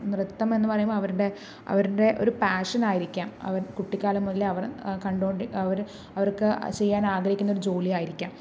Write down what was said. നൃത്തം എന്ന് പറയുമ്പോൾ അവരുടെ അവരുടെ ഒരു പാഷൻ ആയിരിക്കാം അവർ കുട്ടിക്കാലം മുതലേ അവർ കണ്ടുകൊണ്ടിരിക്കുന്ന അവർ അവർക്ക് ചെയ്യാൻ ആഗ്രഹിക്കുന്ന ഒരു ജോലി ആയിരിക്കാം